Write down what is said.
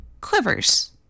quivers